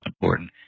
important